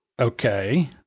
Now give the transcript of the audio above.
Okay